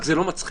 רק זה לא מצחיק.